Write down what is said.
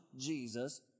Jesus